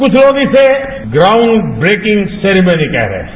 कुछ लोग इसे ग्राउंड ब्रेकिंग सेरेमनी कह रहे है